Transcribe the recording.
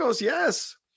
yes